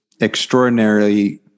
extraordinarily